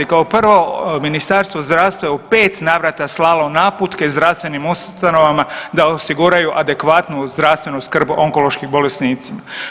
Kao prvo, Ministarstvo zdravstva je u 5 navrata slalo naputke zdravstvenim ustanovama da osiguraju adekvatnu zdravstvenu skrb onkološkim bolesnicima.